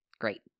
Great